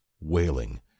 wailing